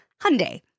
Hyundai